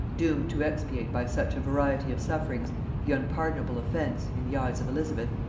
doomed to expiate by such a variety of sufferings the unpardonable offence, in the eyes of elizabeth,